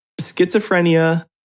schizophrenia